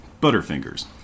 butterfingers